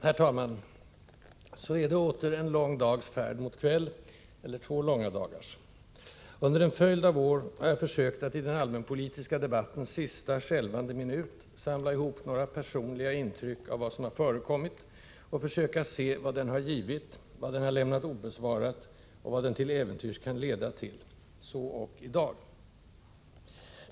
Herr talman! Så är det åter en lång dags färd mot kväll — eller två långa dagars. Under en följd av år har jag försökt att i den allmänpolitiska debattens sista skälvande minut samla ihop några personliga intryck av vad som förekommit och se vad den har givit, vad den har lämnat obesvarat, och vad den till äventyrs kan leda till. Så ock i dag.